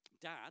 dad